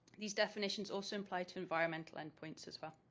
these definitions also apply to environmental endpoints as well.